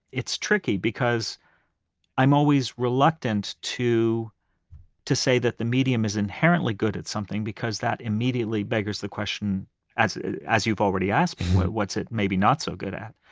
it's tricky because i'm always reluctant to to say that the medium is inherently good at something, because that immediately beggars the question as as you've already asked me, what's it maybe not so good at?